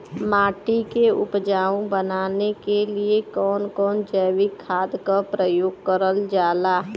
माटी के उपजाऊ बनाने के लिए कौन कौन जैविक खाद का प्रयोग करल जाला?